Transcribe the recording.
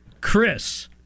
Chris